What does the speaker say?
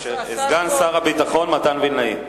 סגן שר הביטחון מתן וילנאי.